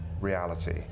reality